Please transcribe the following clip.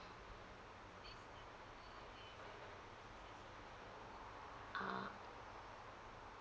ah